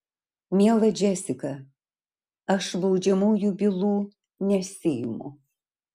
miela džesika aš baudžiamųjų bylų nesiimu